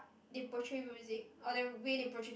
they portray music oh the way they portray that